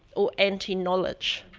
or anti-knowledge,